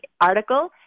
article